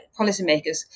policymakers